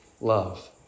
love